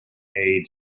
aid